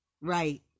right